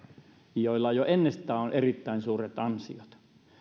joilla jo ennestään on erittäin suuret ansiot